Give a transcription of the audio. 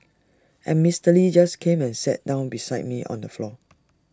and Mister lee just came and sat down beside me on the floor